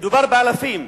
מדובר באלפים,